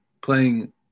playing